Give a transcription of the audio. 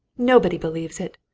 nobody believes it!